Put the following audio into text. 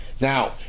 Now